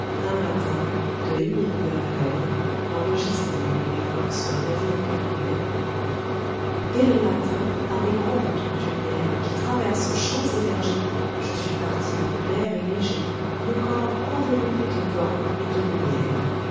un matin dès le matin par mes grands routes coutumières qui traversent champs et vergers je suis parti clair et léger le corps enveloppé de vent et de lumière